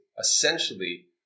essentially